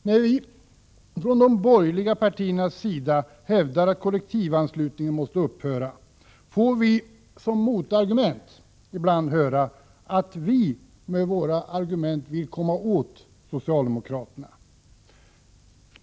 När vi från de borgerliga partiernas sida hävdar att kollektivanslutningen måste upphöra får vi som motargument ibland höra att vi med våra argument vill komma åt socialdemokraterna.